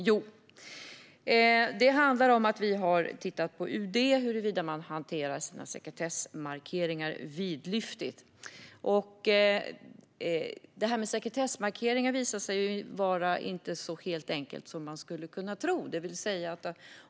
Jo, det handlar om att vi har tittat på huruvida UD hanterar sina sekretessmarkeringar vidlyftigt. Det visar sig att detta med sekretessmarkeringar inte är så helt enkelt som man skulle kunna tro.